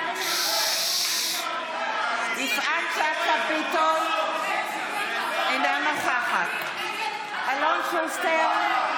יפעת שאשא ביטון, אינה נוכחת אלון שוסטר,